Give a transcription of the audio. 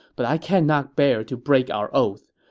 but i cannot bear to break our oath.